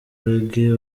reggae